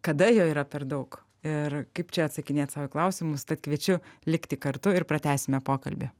kada jo yra per daug ir kaip čia atsakinėt sau į klausimus tad kviečiu likti kartu ir pratęsime pokalbį